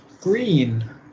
Green